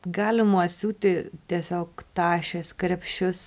galima siūti tiesiog tašės krepšius